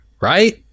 Right